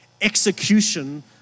execution